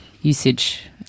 usage